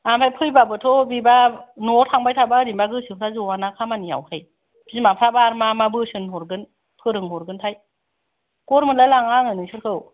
ओमफ्राय फैबाबोथ' बेबा न'आव थांबाय थाबा ओरैनोबा गोसोफ्रा ज'आ ना खामानियावहाय बिमाफ्राबा ओमफ्राय मा मा बोसोन हरगोन फोरोंहरगोनथाय गर मोनलाय लाङा आङो नोंसोरखौ